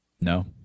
No